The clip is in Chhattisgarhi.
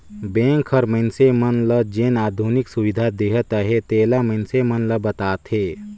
बेंक हर मइनसे मन ल जेन आधुनिक सुबिधा देहत अहे तेला मइनसे मन ल बताथे